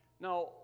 Now